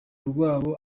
ntabwo